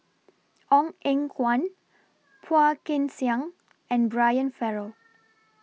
Ong Eng Guan Phua Kin Siang and Brian Farrell